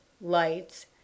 lights